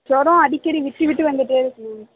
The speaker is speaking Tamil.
ஜூரம் அடிக்கடி விட்டு விட்டு வந்துகிட்டே இருக்குது மேம்